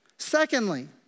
Secondly